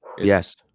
Yes